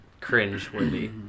cringe-worthy